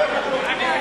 מה עם,